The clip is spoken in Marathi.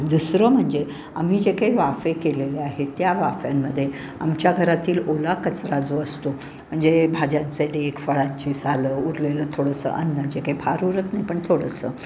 दुसरं म्हणजे आम्ही जे काही वाफे केलेले आहेत त्या वाफ्यांमध्ये आमच्या घरातील ओला कचरा जो असतो म्हंजे भाज्यांचे डेख फळांची सालं उरलेलं थोडंसं अन्न जे काही फार उरत नाही पण थोडंसं